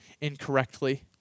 incorrectly